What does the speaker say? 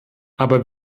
aber